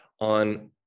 on